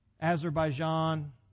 Azerbaijan